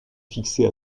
fixé